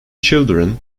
children